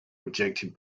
rejected